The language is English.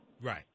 Right